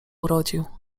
urodził